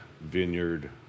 vineyard